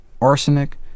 arsenic